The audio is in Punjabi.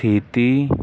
ਸਥਿਤੀ